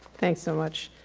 thanks so much.